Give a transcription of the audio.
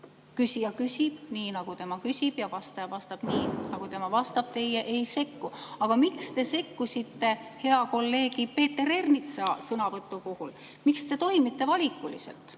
küsija küsib nii, nagu tema küsib, ja vastaja vastab nii, nagu tema vastab, teie ei sekku. Aga miks te sekkusite hea kolleegi Peeter Ernitsa sõnavõtu puhul? Miks te toimite valikuliselt?